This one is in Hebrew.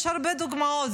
יש הרבה דוגמאות.